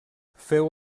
feu